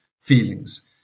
feelings